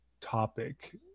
topic